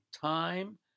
time